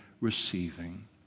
receiving